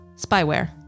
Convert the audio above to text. spyware